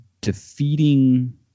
defeating